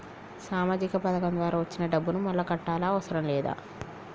సామాజిక పథకం ద్వారా వచ్చిన డబ్బును మళ్ళా కట్టాలా అవసరం లేదా?